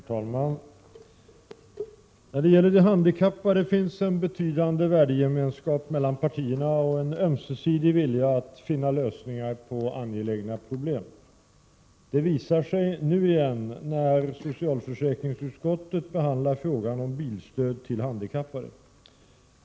Herr talman! När det gäller de handikappade finns en betydande värdegemenskap mellan partierna och en ömsesidig vilja att finna lösningar på angelägna problem. Det visar sig nu igen när socialförsäkringsutskottet behandlar frågan om bilstöd till handikappade.